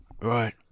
right